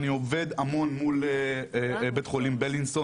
אני עובד המון מול בית החולים בילינסון